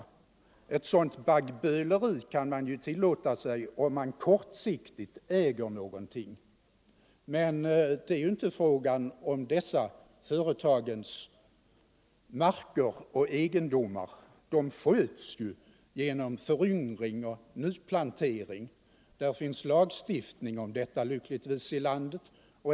Ett sådant baggböleri kan man tillåta sig om man kortsiktigt äger någonting. Men så är inte förhållandet med dessa företags marker och egendomar. De sköts ju genom föryngring och nyplantering. Det finns lyckligtvis lagstiftning om detta.